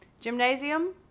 gymnasium